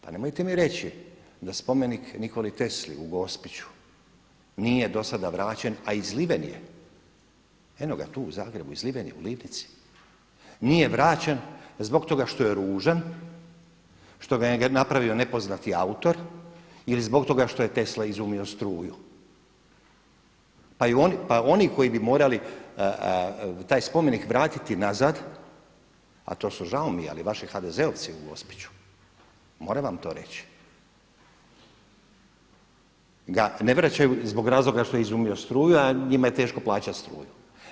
Pa nemojte mi reći da spomenik Nikoli Tesli u Gospiću nije do sada vraćen a izliven je, u …, nije vraćen zbog toga što je ružan, što ga je napravio nepoznati autor ili zbog toga što je Tesla izumio struju pa oni koji bi morali taj spomenik vratiti nazad, a to su žao mi je ali vaši HDZ-ovci u Gospiću, moram vam to reći, ga ne vraćaju zbog razloga što je izumio struju a njima je teško plaćati struju.